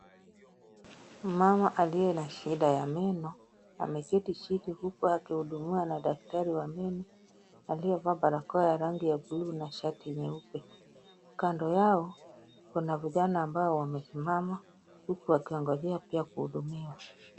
Mama aliye na shida ya meno ameketi chini huku akihudumiwa na daktari wa meno, aliyevaa barakoa ya rangi ya buluu na shati nyeupe. Kando yao, kuna vijana ambao wamesimama huku wakiongojea pia kuhudumiwa.